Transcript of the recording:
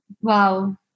wow